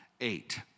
Eight